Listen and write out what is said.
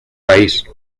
país